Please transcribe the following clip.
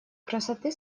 красоты